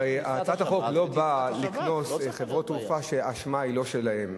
אבל הרי הצעת החוק לא באה לקנוס חברות תעופה שהאשמה היא לא שלהן.